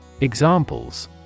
examples